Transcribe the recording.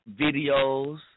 Videos